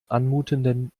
anmutenden